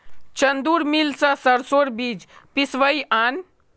चंदूर मिल स सरसोर बीज पिसवइ आन